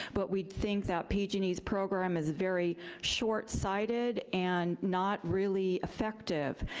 but we think that pg and e's program is very short-sighted and not really effective.